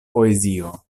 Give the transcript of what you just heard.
poezio